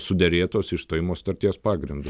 suderėtos išstojimo sutarties pagrindu